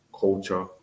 culture